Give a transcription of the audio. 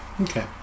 Okay